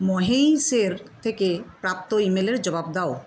মহেশের থেকে প্রাপ্ত ইমেলের জবাব দাও